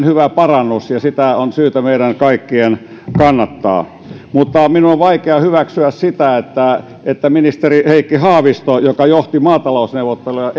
hyvä parannus ja sitä on syytä meidän kaikkien kannattaa minun on vaikea hyväksyä sitä että että ministeri heikki haavisto joka johti maatalousneuvotteluja